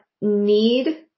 need